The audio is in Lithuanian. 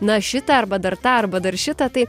na šitą arba dar tą arba dar šitą tai